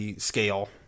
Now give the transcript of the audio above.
scale